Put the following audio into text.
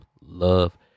love